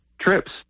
trips